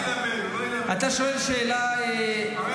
להחליט --- חבר